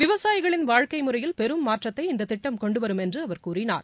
விவசாயிகளின் வாழ்க்கைமுறையில் பெரும் மாற்றத்தை இந்தத் திட்டம் கொண்டுவரும் என்றுஅவர் கூறினார்